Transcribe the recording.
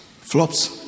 Flops